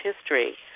history